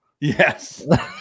Yes